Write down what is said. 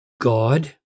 God